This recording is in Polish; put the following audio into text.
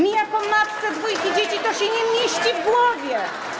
Mnie jako matce dwójki dzieci to się nie mieści w głowie.